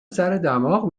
سردماغ